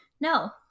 No